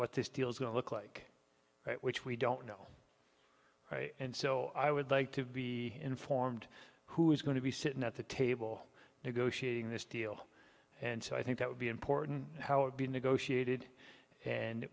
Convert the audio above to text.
what this deal is going to look like which we don't know and so i would like to be informed who is going to be sitting at the table negotiating this deal and so i think that would be important how it be negotiated and